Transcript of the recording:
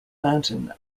mountain